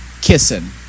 kissing